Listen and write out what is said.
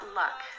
luck